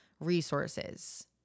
resources